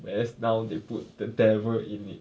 whereas now they put the devil in it